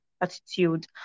attitude